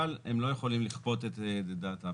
אבל הם לא יכולים לכפות את דעתם.